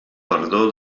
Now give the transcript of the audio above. perdó